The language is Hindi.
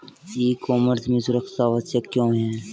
ई कॉमर्स में सुरक्षा आवश्यक क्यों है?